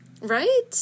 Right